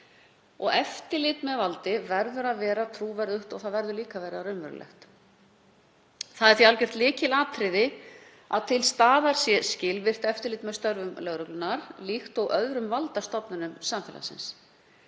Eftirlit með valdi verður að vera trúverðugt og það verður líka að vera raunverulegt. Það er því algjört lykilatriði að til staðar sé skilvirkt eftirlit með störfum lögreglunnar líkt og með öðrum valdastofnunum samfélagsins.